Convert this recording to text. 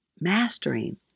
mastering